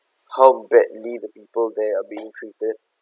how badly the people there are being treated